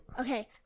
Okay